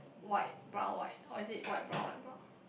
white brown white or is it white brown white brown